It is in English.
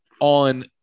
on